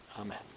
Amen